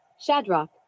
Shadrach